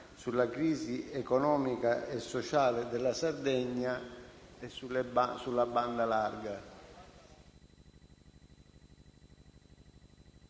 sulla crisi economica e sociale della Sardegna e sulla banda larga.